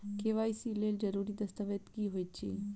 KYC लेल जरूरी दस्तावेज की होइत अछि?